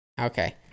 Okay